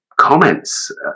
comments